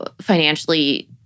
financially